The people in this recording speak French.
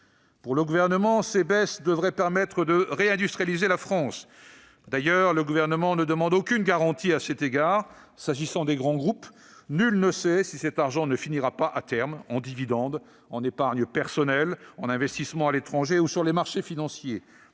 Pour le Gouvernement, ces baisses devraient permettre de réindustrialiser la France, mais il ne demande aucune garantie à cet égard. S'agissant des grands groupes, nul ne sait si cet argent ne finira pas à terme en dividendes, en épargne personnelle, en investissements à l'étranger ou sur les marchés financiers.